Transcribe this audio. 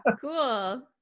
Cool